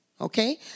Okay